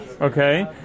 Okay